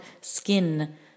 skin